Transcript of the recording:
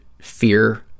fear